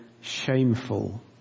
shameful